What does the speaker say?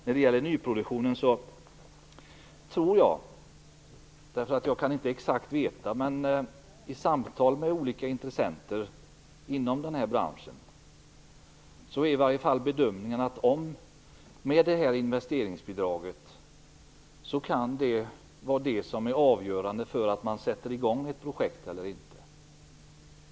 När det gäller nyproduktionen är bedömningarna i samtal med olika intressenter i den här branschen - och jag tror det också, men jag kan inte exakt veta det - att det här investeringsbidraget kan vara det som är avgörande för om man sätter i gång ett projekt eller inte.